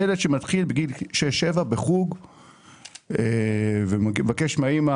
ילד שמתחיל בגיל 6 7 בחוג ומבקש מהאימא,